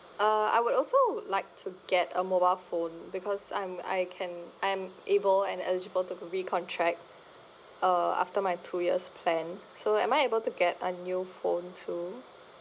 uh I would also would like to get a mobile phone because I'm I can I'm able and eligible to recontract uh after my two years plan so am I able to get a new phone too